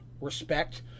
respect